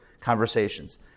conversations